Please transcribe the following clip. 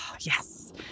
yes